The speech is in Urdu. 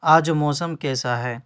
آج موسم کیسا ہے